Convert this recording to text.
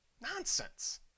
nonsense